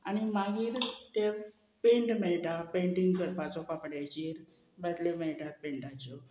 आनी मागीर ते पेंट मेळटा पेंटींग करपाचो कपड्याचेर बाटल्यो मेळटात पेंटाच्यो